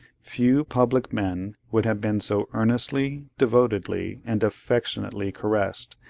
few public men would have been so earnestly, devotedly, and affectionately caressed,